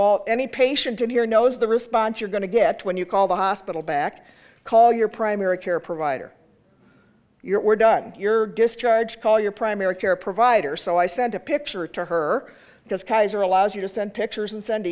all any patient in here knows the response you're going to get when you call the hospital back call your primary care provider your were done your discharge call your primary care provider so i sent a picture to her because kaiser allows you to send pictures and send